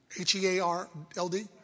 H-E-A-R-L-D